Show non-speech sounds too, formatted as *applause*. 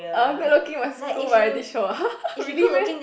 oh good looking must go variety show ah *laughs* really meh